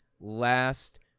last